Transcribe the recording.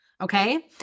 okay